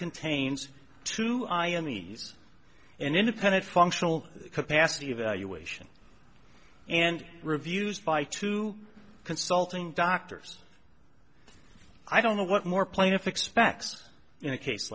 contains two i emmy's an independent functional capacity evaluation and reviews by two consulting doctors i don't know what more plaintiff expects in a case